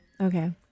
okay